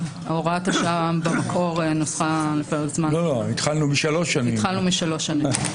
התחלנו ב-3 שנים.